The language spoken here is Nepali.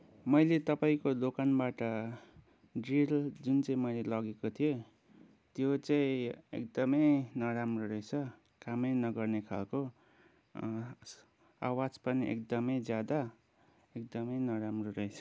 मैले तपाईँको दोकानबाट जिल जुन चाहिँ मैले लगेको थिएँ त्यो चाहिँ एकदमै नराम्रो रहेछ कामै नगर्ने खालको आवाज पनि एकदमै ज्यादा एकदमै नराम्रो रहेछ